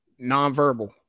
nonverbal